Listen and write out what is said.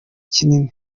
kinini